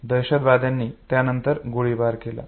आणि दहशतवाद्यानी त्यानंतर गोळीबार केला